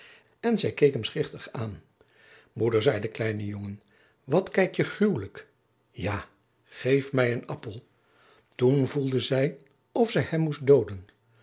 en zij keek hem schichtig aan moeder zei de kleine jongen wat kijk je gruwelijk ja geef mij een appel toen voelde zij of zij hem moest dooden